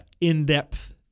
in-depth